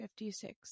56